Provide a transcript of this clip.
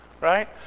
right